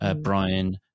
Brian